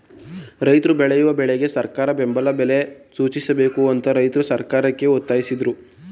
ರೈತ್ರು ಬೆಳೆಯುವ ಬೆಳೆಗಳಿಗೆ ಸರಕಾರ ಬೆಂಬಲ ಬೆಲೆ ಸೂಚಿಸಬೇಕು ಅಂತ ರೈತ್ರು ಸರ್ಕಾರಕ್ಕೆ ಒತ್ತಾಸಿದ್ರು